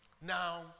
Now